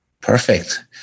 Perfect